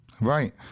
Right